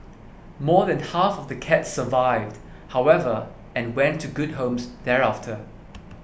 more than half of the cats survived however and went to good homes thereafter